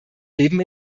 leben